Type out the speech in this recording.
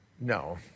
No